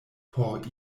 por